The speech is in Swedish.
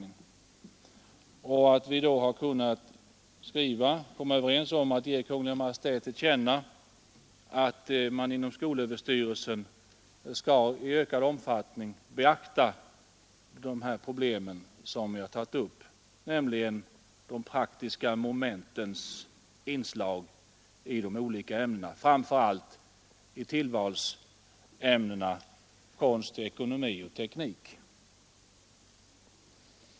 Det gläder mig att vi kunnat komma överens om att hos Kungl. Maj:t ge till känna att man inom skolöverstyrelsen i ökad omfattning skall beakta de problem som vi tagit upp, dvs. de praktiska momentens inslag i de olika ämnena, framför allt i tillvalsämnena konst, ekonomi och teknik.